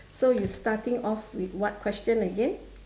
so you starting off with what question again